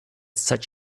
such